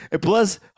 plus